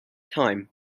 time